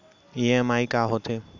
EMI का होथे?